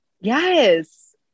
Yes